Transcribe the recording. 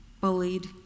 bullied